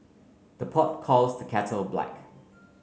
the pot calls the kettle black